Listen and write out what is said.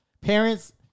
parents